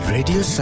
Radio